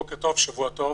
בוקר טוב, שבוע טוב,